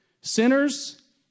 Sinners